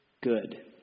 good